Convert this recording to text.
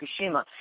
Fukushima